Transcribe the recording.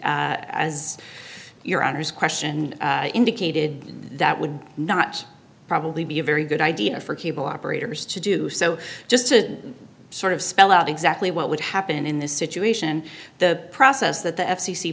and as your honor's question indicated that would not probably be a very good idea for cable operators to do so just to sort of spell out exactly what would happen in this situation the process that the f